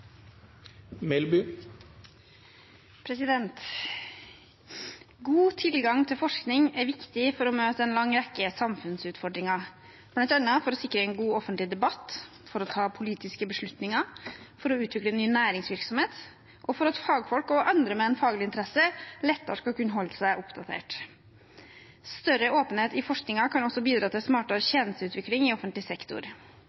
6. God tilgang til forskning er viktig for å møte en lang rekke samfunnsutfordringer, bl.a. for å sikre en god offentlig debatt, for å ta politiske beslutninger, for å utvikle ny næringsvirksomhet og for at fagfolk og andre med en faglig interesse lettere skal kunne holde seg oppdatert. Større åpenhet i forskningen kan også bidra til